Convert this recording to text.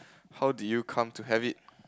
how do you come to have it